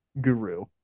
guru